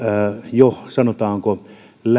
jo sanotaanko